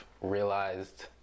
realized